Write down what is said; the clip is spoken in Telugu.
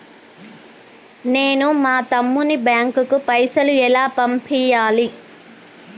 నేను మా తమ్ముని బ్యాంకుకు పైసలు ఎలా పంపియ్యాలి?